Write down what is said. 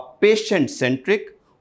patient-centric